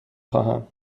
خواهم